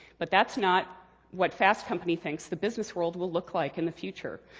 but that's not what fast company thinks the business world will look like in the future,